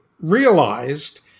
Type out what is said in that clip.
realized